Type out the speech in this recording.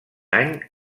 any